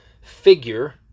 figure